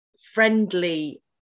friendly